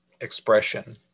expression